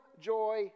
joy